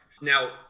Now